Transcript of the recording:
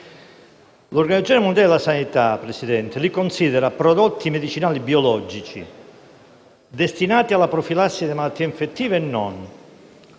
L'Organizzazione mondiale della sanità li considera prodotti medicinali biologici destinati alla profilassi delle malattie infettive e non,